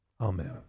Amen